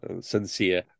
sincere